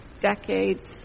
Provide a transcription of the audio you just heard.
decades